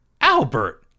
Albert